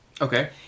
Okay